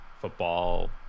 football